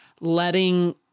letting